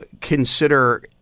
consider